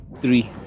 three